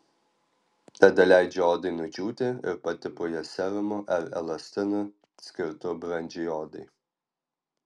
tada leidžiu odai nudžiūti ir patepu ją serumu ar elastinu skirtu brandžiai odai